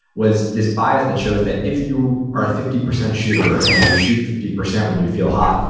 was this bias that shows that if you are a fifty percent shooter, and you shoot fifty percent when you feel hot,